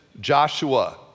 Joshua